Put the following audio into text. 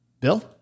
Bill